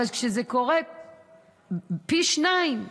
אבל כשזה קורה פי שניים,